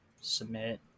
Submit